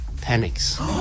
panics